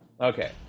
Okay